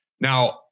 now